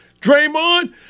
Draymond